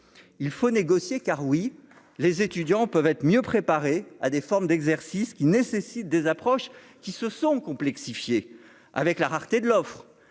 il faut négocier car oui, les étudiants peuvent être mieux préparés à des formes d'exercice qui nécessite des approches qui se sont complexifiées avec la rareté de l'offre,